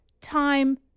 time